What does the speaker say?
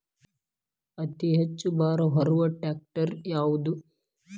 ಅತಿ ಹೆಚ್ಚ ಭಾರ ಹೊರು ಟ್ರ್ಯಾಕ್ಟರ್ ಯಾದು?